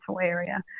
area